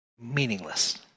Meaningless